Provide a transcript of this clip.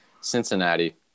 Cincinnati